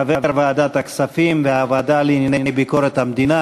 חבר ועדת הכספים והוועדה לענייני ביקורת המדינה.